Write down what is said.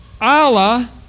Allah